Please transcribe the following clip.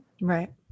Right